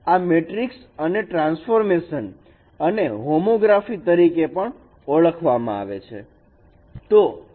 આ મેટ્રિક્સ અને ટ્રાન્સફોર્મેશન અને હોમોગ્રાફી તરીકે પણ ઓળખવામાં આવે છે